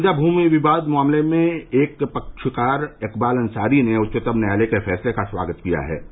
अयोध्या भूमि विवाद मामले के एक पक्षकार इकबाल अंसारी ने उच्चतम न्यायालय के फैसले का स्वागत किया है